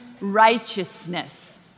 righteousness